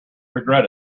regret